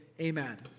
amen